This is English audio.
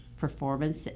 performance